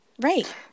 Right